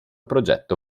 progetto